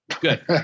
Good